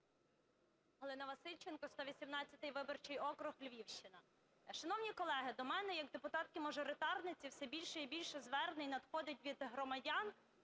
Галина Васильченко, 118 виборчий округ, Львівщина. Шановні колеги, до мене як депутатки-мажоритарниці все більше і більше звернень надходить від громадян,